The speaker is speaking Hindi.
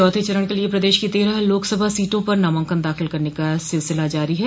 चौथे चरण के लिये प्रदेश की तेरह लोकसभा सीटों पर नामांकन दाखिल करने का सिलसिला जारी है